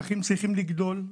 והאחים צריכים לגדול,